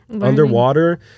underwater